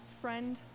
friend